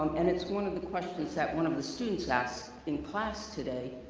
and it's one of the questions that one of the students asked in class today.